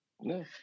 No